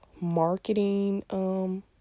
marketing